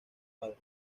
padres